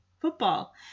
football